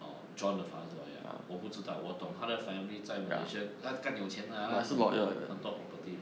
orh john 的 father 是 lawyer ah 我不知道我懂他的 family 在 malaysia 他干有钱的啊他很多很多 property 的